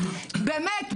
באמת,